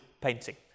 painting